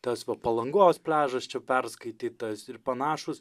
tas va palangos pliažas čia perskaitytas ir panašūs